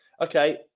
Okay